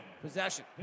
possession